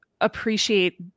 appreciate